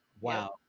wow